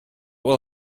will